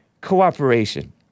cooperation